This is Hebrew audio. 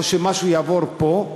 או שמשהו יעבור פה,